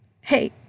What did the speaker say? Hey